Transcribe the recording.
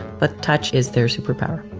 but touch is their superpower.